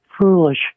foolish